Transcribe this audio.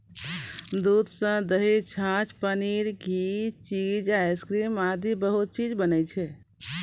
दूध सॅ दही, छाछ, पनीर, घी, चीज, आइसक्रीम आदि बहुत चीज बनै छै